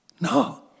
No